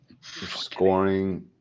Scoring